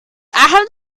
have